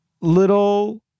little